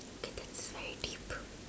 okay that's very deep